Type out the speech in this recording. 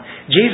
Jesus